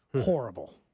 Horrible